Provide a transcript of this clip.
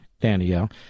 Danielle